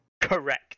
Correct